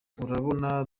urabona